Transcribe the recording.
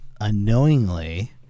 unknowingly